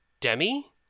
Demi